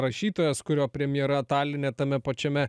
rašytojas kurio premjera taline tame pačiame